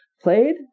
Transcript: played